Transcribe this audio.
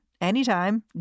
anytime